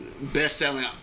best-selling